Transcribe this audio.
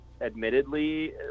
admittedly